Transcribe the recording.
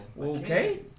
okay